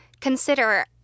consider